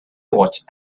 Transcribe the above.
watched